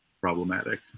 problematic